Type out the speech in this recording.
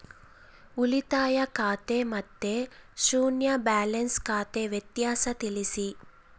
ಉಳಿತಾಯ ಖಾತೆ ಮತ್ತೆ ಶೂನ್ಯ ಬ್ಯಾಲೆನ್ಸ್ ಖಾತೆ ವ್ಯತ್ಯಾಸ ತಿಳಿಸಿ?